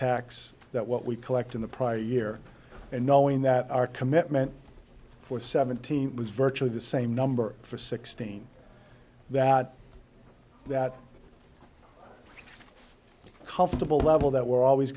tax that what we collect in the prior year and knowing that our commitment for seventeen was virtually the same number for sixteen that that comfortable level that we're always